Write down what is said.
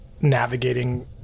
navigating